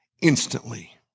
instantly